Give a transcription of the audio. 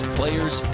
players